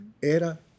era